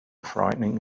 frightening